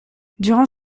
durant